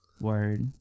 Word